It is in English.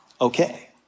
okay